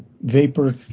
vapor